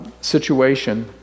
situation